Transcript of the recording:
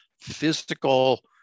physical